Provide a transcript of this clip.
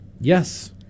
Yes